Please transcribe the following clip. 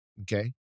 okay